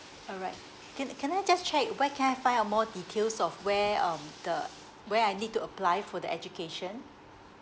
all right can can I just check where can I find out more details of where um the where I need to apply for the education